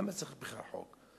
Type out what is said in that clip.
למה צריך בכלל חוק?